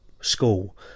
school